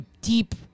deep